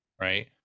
right